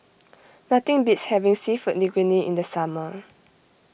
nothing beats having Seafood Linguine in the summer